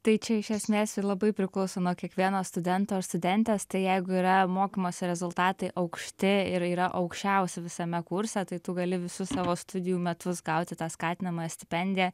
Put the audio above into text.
tai čia iš esmės ir labai priklauso nuo kiekvieno studento ar studentės tai jeigu yra mokymosi rezultatai aukšti ir yra aukščiausi visame kurse tai tu gali visus savo studijų metus gauti tą skatinamąją stipendiją